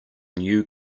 new